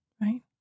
Right